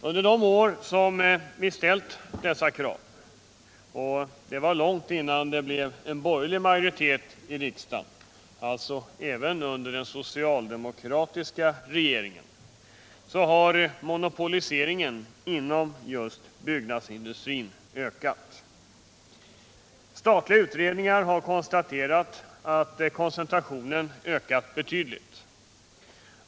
Under de år som vi har ställt dessa krav — och det har vi gjort redan långt innan det blev en borgerlig majoritet i riksdagen, alltså även under den socialdemokratiska regeringens tid - har monopoliseringen inom just byggnadsindustrin ökat. Statliga utredningar har konstaterat att koncentrationen har ökat betydligt.